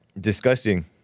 Disgusting